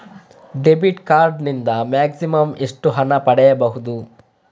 Debit card ನಿಂದ maximum ಎಷ್ಟು ಹಣ ಪಡೆಯಬಹುದು?